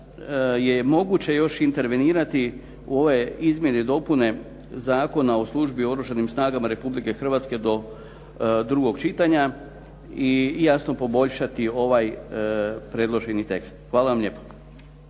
je moguće još intervenirati u ove izmjene i dopune Zakona o službi u Oružanim snagama Republike Hrvatske do drugog čitanja i jasno poboljšati ovaj predloženi tekst. Hvala vam lijepo.